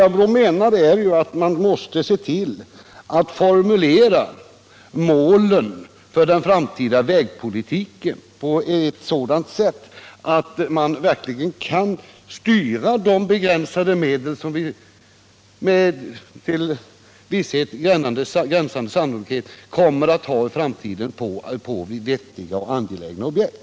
Vad jag inenär är att man måste se till att formulera Måndagen den målen för den framtida vägpolitiken på ett sådant sätt att man verkligen 12 december 1977 kan styra de begränsade medel som vi med till visshet gränsande san= nolikhet kommer att ha i framtiden mot vettiga och angelägna objekt.